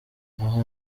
aha